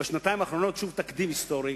בשנתיים האחרונות, שוב, תקדים היסטורי.